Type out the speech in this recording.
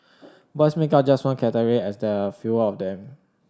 boys make up just one category as there are fewer of them